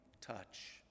touch